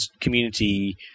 community